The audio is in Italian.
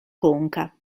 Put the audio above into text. conca